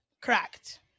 Correct